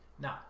Now